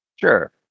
Sure